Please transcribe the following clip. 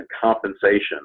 compensation